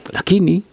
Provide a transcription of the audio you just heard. Lakini